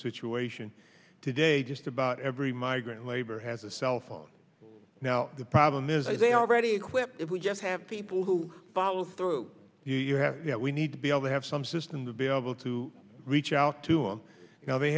situation today just about every migrant labor has a cell phone now the problem is they already equipped if we just have people who follow through you have you know we need to be able to have some system to be able to reach out to him you know they